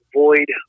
void